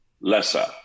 lesser